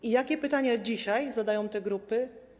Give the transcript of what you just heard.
I jakie pytania dzisiaj zadają te grupy?